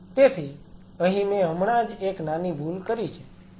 તેથી અહીં મેં હમણાં જ એક નાની ભૂલ કરી છે